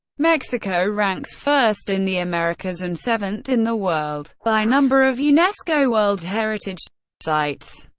mexico ranks first in the americas and seventh in the world by number of unesco world heritage sites.